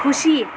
खुसी